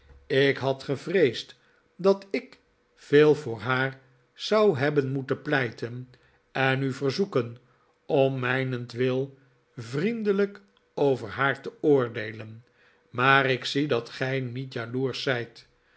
ik had gevreesd dat ik veel voor haar zou hebben moeten pleiten en u verzoeken om mijnentwil vriendelijk over haar te oordeelen maar ik zie dat gij niet jaloersch zijt